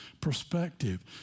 perspective